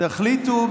תחליטו,